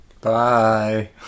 bye